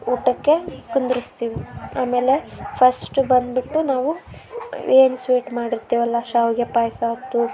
ಊಟಕ್ಕೆ ಕುಂದಿರಿಸ್ತೀವಿ ಆಮೇಲೆ ಫಸ್ಟು ಬಂದುಬಿಟ್ಟು ನಾವು ಏನು ಸ್ವೀಟ್ ಮಾಡಿರ್ತಿವಲ್ಲ ಶಾವಿಗೆ ಪಾಯಸ ಆಯ್ತು